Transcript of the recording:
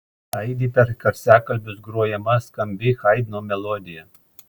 aidi per garsiakalbius grojama skambi haidno melodija